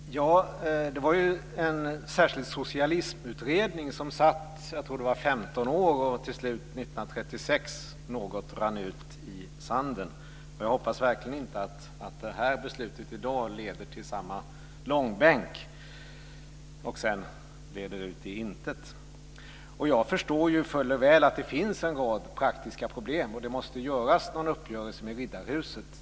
Herr talman! Det var en särskild socialismutredning som satt i 15 år och till slut 1936 något rann ut i sanden. Jag hoppas verkligen att det här beslutet i dag inte leder till samma långbänk och sedan leder ut i intet. Jag förstår fuller väl att det finns en rad praktiska problem. Det måste göras någon uppgörelse med Riddarhuset.